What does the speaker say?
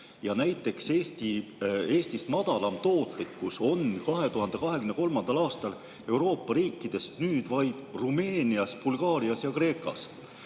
Näiteks Eestist madalam tootlikkus oli 2023. aastal Euroopa riikidest vaid Rumeenias, Bulgaarias ja Kreekas.